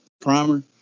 primer